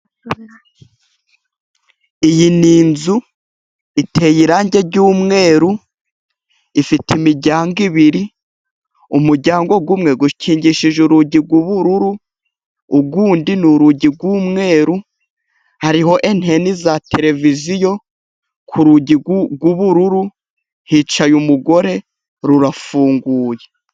Iyi ni inzu iteye irangi ry'umweru, ifite imiryango ibiri, umuryango umwe ukingishije urugi rw'ubururu, undi n'urugi rw'umweru, hariho enteni za televiziyo, ku rugi rw'ubururu, hicaye umugore rurafunguye.